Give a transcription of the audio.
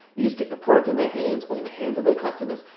you just get the product in their hands or in the hands of their customers.